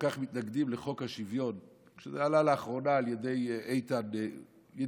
כך מתנגדים לחוק השוויון כשזה עלה לאחרונה על ידי איתן ידידי,